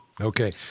Okay